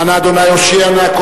"אנא ה' הושיעה נא",